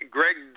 Greg